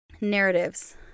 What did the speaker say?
narratives